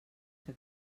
que